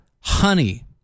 honey